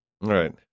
Right